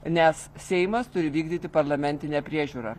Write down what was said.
nes seimas turi vykdyti parlamentinę priežiūrą